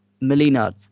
Melina